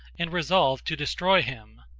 and resolved to destroy him.